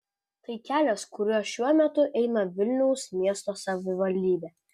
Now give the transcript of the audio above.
tai kelias kuriuo šiuo metu eina vilniaus miesto savivaldybė